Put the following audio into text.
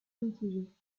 mitigés